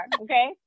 okay